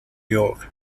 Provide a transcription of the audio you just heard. york